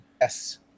Yes